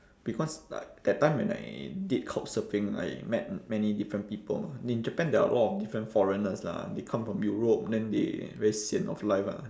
because like that time when I did couchsurfing I met many different people in japan there are a lot of different foreigners lah they come from europe then they very sian of life ah